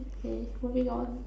okay moving on